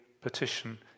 petition